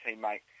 teammate